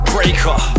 Breaker